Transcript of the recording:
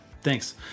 thanks